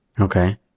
Okay